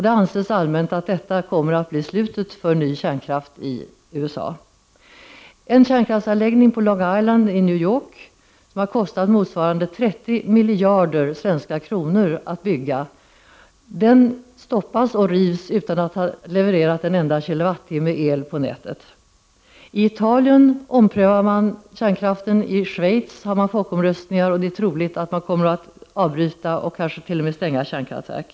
Det anses allmänt att detta kommer att bli slutet för ny kärnkraft i USA. En kärnkraftsanläggning på Long Island i New York, som kostat motsvarande 30 miljarder svenska kronor att bygga, stoppas och rivs utan att ha producerat en enda kilowattimme el på nätet. I Italien omprövar man kärnkraften. I Schweiz har man folkomröstningar, och det är troligt att man kommer att avbryta utbyggnaden och kanske t.o.m. stänga kärnkraftverk.